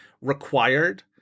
required